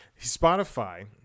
Spotify